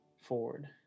forward